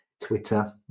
Twitter